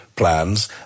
plans